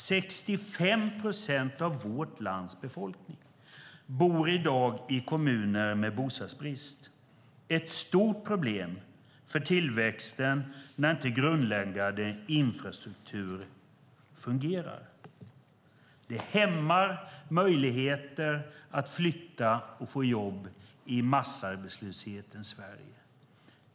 65 procent av vårt lands befolkning bor i dag i kommuner med bostadsbrist. Det är ett stort problem för tillväxten när inte grundläggande infrastruktur fungerar. Det hämmar möjligheten att flytta och få jobb i massarbetslöshetens Sverige.